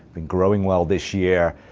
growing well this year.